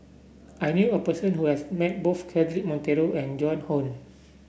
I knew a person who has met both Cedric Monteiro and Joan Hon